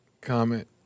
comment